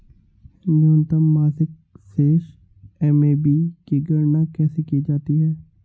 न्यूनतम मासिक शेष एम.ए.बी की गणना कैसे की जाती है?